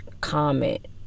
Comment